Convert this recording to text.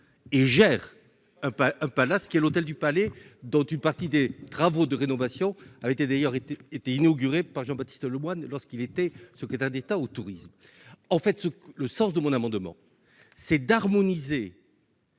un pas un palace qui est l'hôtel du Palais, dont une partie des travaux de rénovation avait été d'ailleurs été été inaugurée par Jean-Baptiste Lemoyne, lorsqu'il était secrétaire d'État au Tourisme en fait ce que le sens de mon amendement c'est d'harmoniser.